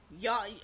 y'all